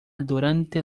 durante